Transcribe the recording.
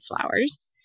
flowers